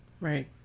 Right